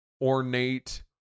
ornate